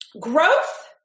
Growth